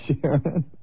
Sharon